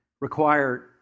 require